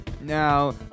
Now